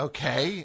Okay